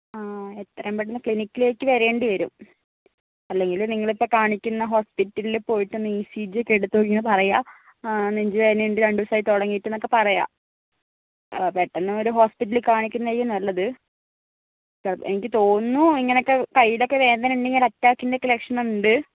ആ എത്രയും പെട്ടെന്ന് ക്ലിനിക്കിലേക്ക് വരേണ്ടിവരും അല്ലെങ്കിൽ നിങ്ങളിപ്പോൾ കാണിക്കുന്ന ഹോസ്പിറ്റലിൽ പോയിട്ട് ഇ സി ജി ഒക്കെ എടുത്ത് നോക്കീട്ടൊന്ന് പറയുക നെഞ്ചുവേദന ഉണ്ട് രണ്ടു ദിവസമായിട്ട് തുടങ്ങിയിട്ട് എന്നൊക്കെ പറയുക പെട്ടെന്ന് ഒരു ഹോസ്പിറ്റലിൽ കാണിക്കുന്നതായിരിക്കും നല്ലത് ചിലപ്പോൾ എനിക്ക് തോന്നുന്നു ഇങ്ങനെ ഒക്കെ കയ്യുടെ ഒക്കെ വേദന ഉണ്ടെങ്കിൽ അറ്റാക്കിൻ്റെ ലക്ഷണമൊക്കെ ഉണ്ട്